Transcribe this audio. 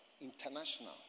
international